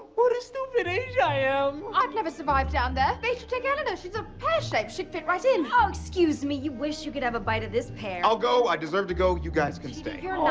what a stupid age i am. i'd never survive down there. they should take eleanor. and and she's a pear shape. she'd fit right in. oh, excuse me. you wish you could have a bite of this pear. i'll go. i deserve to go. you guys can stay.